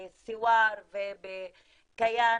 באלסואר וכייאן,